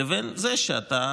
לבין זה שאתה